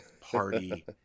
party